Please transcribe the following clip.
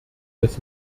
des